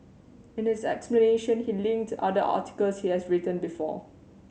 in this explanation he linked other articles he has written before